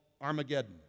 Armageddon